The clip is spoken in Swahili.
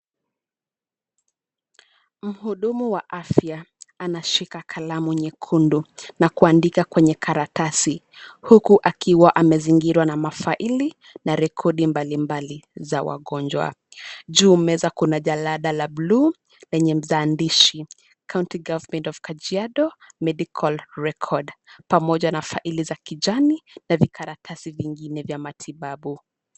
Mhudumu wa afya anashika kalamu nyekundu na kuandika kwenye karatasi, huku akiwa amezingirwa na mafaili na rekodi mbalimbali za wagonjwa. Juu meza kuna jalada la buluu lenye maandishi County government of Kajiado Medical Record pamoja na faili za kijani na vikaratasi vingine vya matibabu.